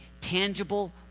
tangible